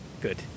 good